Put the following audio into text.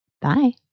Bye